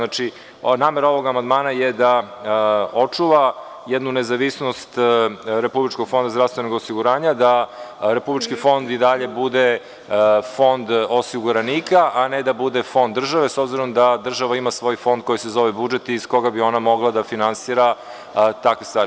Namera ovog amandmana je da očuva jednu nezavisnost Republičkog fonda za zdravstveno osiguranje, da Republički fond i dalje bude fond osiguranika, a ne da bude fond države, s obzirom da država ima svoj fond, koji se zove budžet, iz koga bi ona mogla da finansira takve stvari.